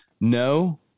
No